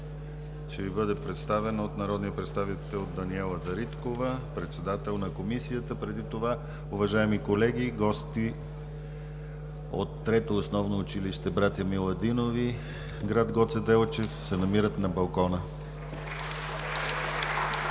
ще Ви бъде представен от народния представител Даниела Дариткова, председател на Комисията. Уважаеми колеги, гости от Трето основно училище – „Братя Миладинови“, гр. Гоце Делчев, се намират на балкона.